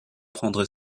prendre